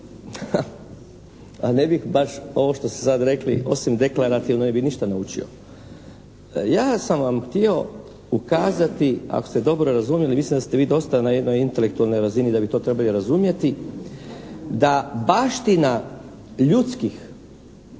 A ne bih baš ovo što ste sad rekli, osim deklarativno ne bih ništa naučio. Ja sam vam htio ukazati ako ste dobro razumjeli, mislim da ste vi dosta na jednoj intelektualnoj razini da bi to trebali razumjeti, da baština ljudskih